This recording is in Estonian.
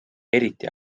eriti